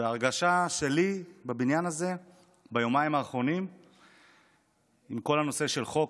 ההרגשה שלי בבניין הזה ביומיים האחרונים עם כל הנושא של חוק,